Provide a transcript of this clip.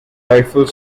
rifle